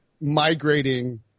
migrating